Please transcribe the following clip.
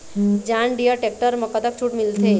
John Deere tractor म कतक छूट मिलथे?